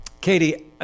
Katie